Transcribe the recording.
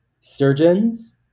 surgeons